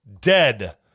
dead